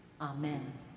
Amen